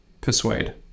persuade